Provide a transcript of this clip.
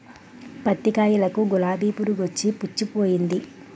పత్తి కాయలకి గులాబి పురుగొచ్చి పుచ్చిపోయింది